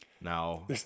Now